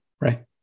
right